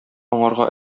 аңарга